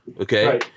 Okay